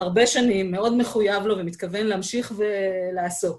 הרבה שנים, מאוד מחויב לו ומתכוון להמשיך ולעסוק.